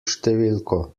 številko